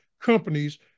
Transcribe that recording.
companies